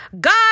God